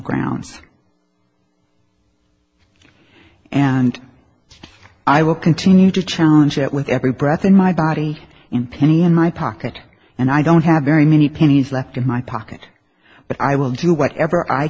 grounds and i will continue to challenge it with every breath in my body in penny in my pocket and i don't have very many pennies left in my pocket but i will do whatever i